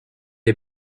est